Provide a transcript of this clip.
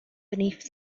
beneath